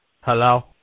Hello